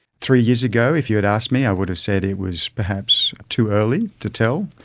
three years ago if you'd asked me i would have said it was perhaps too early to tell,